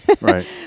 Right